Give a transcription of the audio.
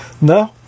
No